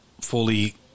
fully